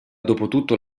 dopotutto